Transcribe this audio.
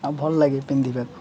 ଆଉ ଭଲ ଲାଗେ ପିନ୍ଧିବାକୁ